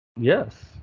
Yes